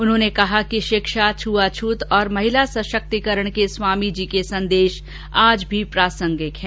उन्होंने कहा कि शिक्षा छुआछूत और महिला सशक्तिकरण के स्वामी जी के संदेश आज भी सामयिक हैं